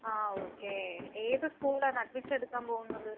ആ ഓക്കെ ഏത് സ്കൂളിലാണ് അഡ്മിഷൻ എടുക്കാൻ പോവുന്നത്